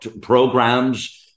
programs